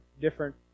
different